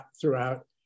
throughout